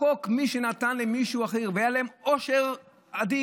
בחוק, מי שנתן למישהו אחר, והיה להם עושר אדיר.